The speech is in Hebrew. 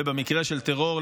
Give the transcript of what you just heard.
ובמקרה של טרור,